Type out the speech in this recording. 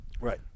Right